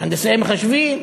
הנדסאי מחשבים.